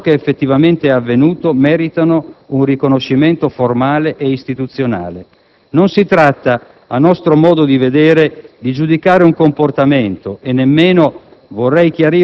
e che, per ciò che effettivamente è avvenuto, meritano un riconoscimento formale ed istituzionale. Non si tratta, a nostro modo di vedere, di giudicare un comportamento e nemmeno